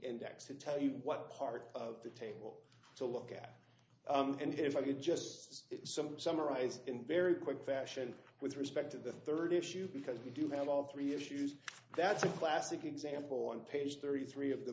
index to tell you what part of the table to look at and if i could just see some summarize in very quick fashion with respect to the third issue because we do have all three issues that's a classic example on page thirty three of the